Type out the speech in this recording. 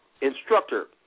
instructor